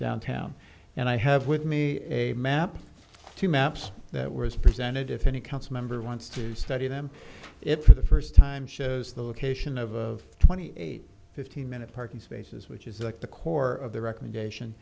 downtown and i have with me a map two maps that was presented if any council member wants to study them it for the first time shows the location of twenty eight fifteen minute parking spaces which is the core of the recommendation